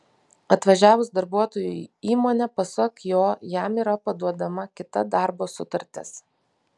atvažiavus darbuotojui į įmonę pasak jo jam yra paduodama kita darbo sutartis